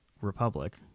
Republic